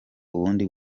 ubundi